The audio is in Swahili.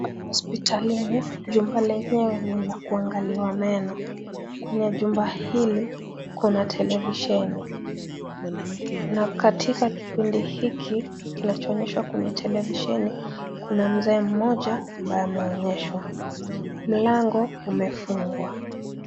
Hapa ni hospitalini, chumba lenyewe ni la kuangaliwa meno, kwenye jumba hili kuna televisheni na katika kipindi hiki kinachoonyeshwa kwenye televisheni kuna mzee mmoja ambaye ameonyeshwa ,mlango umefungwa.